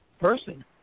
person